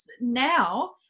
Now